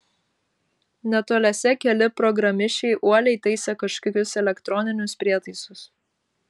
netoliese keli programišiai uoliai taisė kažkokius elektroninius prietaisus